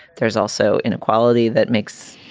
there's also inequality that makes